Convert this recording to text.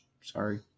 Sorry